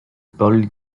paul